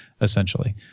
essentially